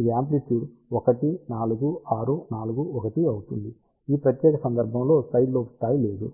ఇది యామ్ప్లిట్యుడ్ 1 4 6 4 1 అవుతుంది ఈ ప్రత్యేక సందర్భంలో సైడ్ లోబ్ స్థాయి లేదు